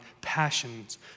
passions